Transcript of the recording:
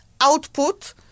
output